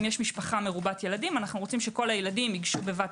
אם יש משפחה מרובת ילדים אנו רוצים שכל הילדים ייגשו בבת